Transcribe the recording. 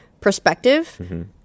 perspective